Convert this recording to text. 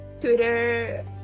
twitter